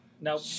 No